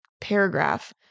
paragraph